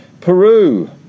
Peru